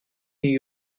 iyi